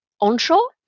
onshore